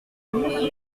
monsieur